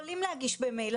הם יכולים להגיש במייל,